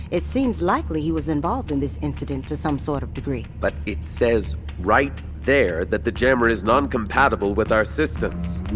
it seems likely he was involved in this incident to some sort of degree but it says right there that the jammer is non-compatible with our systems.